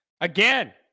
again